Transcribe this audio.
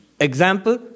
example